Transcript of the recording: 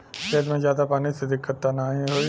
खेत में ज्यादा पानी से दिक्कत त नाही होई?